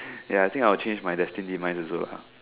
ya think I'll change my destined demise also ah